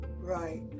Right